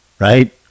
right